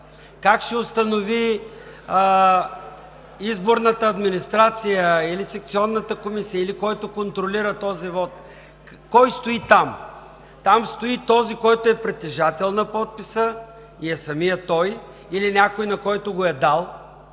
как ще установи изборната администрация или секционната комисия, или който контролира този вот, кой стои там? Там стои притежателят на подписа и е самият той или някой, на когото го е дал